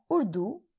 Urdu